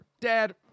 Dad